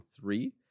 three